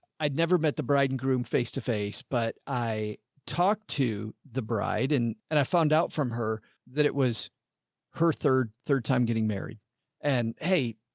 i'd never met the bride and groom face to face, but i talked to the bride and and i found out from her that it was her third, third time getting married and hey,